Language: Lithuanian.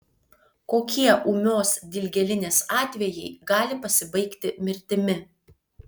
kokie ūmios dilgėlinės atvejai gali pasibaigti mirtimi